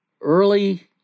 early